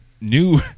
new